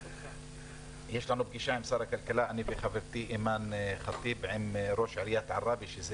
לי ולחברתי אימאן ח'טיב עם ראש עירית עראבה שזה